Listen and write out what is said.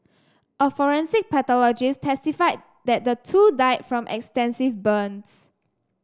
a forensic pathologist testified that the two died from extensive burns